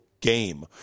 game